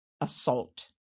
assault